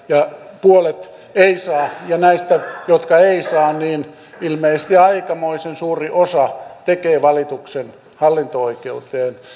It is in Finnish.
ja puolet ei saa ja näistä jotka eivät saa ilmeisesti aikamoisen suuri osa tekee valituksen hallinto oikeuteen